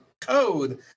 code